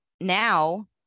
now